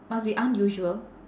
must be unusual